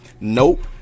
Nope